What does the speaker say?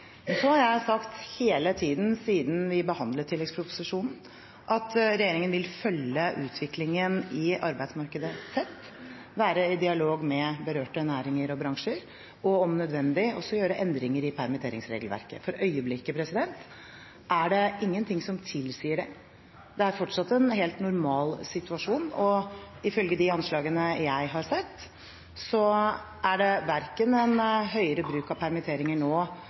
Så har jeg hele tiden siden vi behandlet tilleggsproposisjonen sagt at regjeringen vil følge utviklingen i arbeidsmarkedet tett, være i dialog med berørte næringer og bransjer og om nødvendig også gjøre endringer i permitteringsregelverket. For øyeblikket er det ingenting som tilsier det, det er fortsatt en helt normal situasjon. Ifølge de anslagene jeg har sett, er det ikke en høyere bruk av permitteringer nå